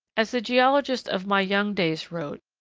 as the geologist of my young days wrote,